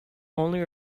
only